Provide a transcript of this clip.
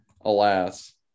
alas